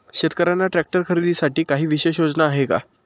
शेतकऱ्यांना ट्रॅक्टर खरीदीसाठी काही विशेष योजना आहे का?